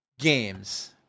Games